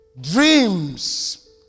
Dreams